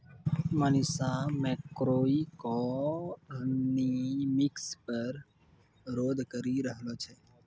Manisha macroeconomics पर शोध करी रहलो छै